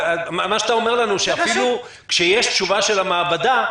מה שאתה אומר לנו הוא שאפילו כשיש תשובה של המעבדה,